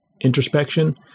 introspection